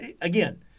again